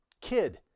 kid